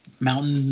mountain